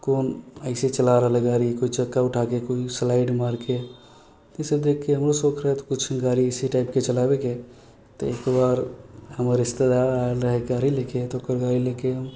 कोन ऐसे चला रहले गाड़ी कोइ चक्का उठाके कोइ स्लाइड मारिके इसब देखिके हमरो शौक रहै किछु गाड़ी इसी टाइपके चलाबैके तऽ एक बार हमर रिश्तेदार आयल रहै गाड़ी लेके तऽ ओकर गाड़ी लेके हम